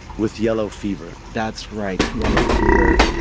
with yellow fever that's right, yellow fever.